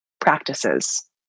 practices